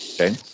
Okay